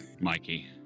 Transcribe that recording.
Mikey